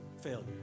failure